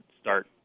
start